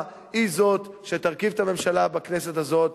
היא זאת שתרכיב את הממשלה בכנסת הזאת,